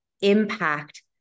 impact